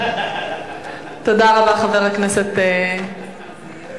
תודה רבה, חבר הכנסת גפני.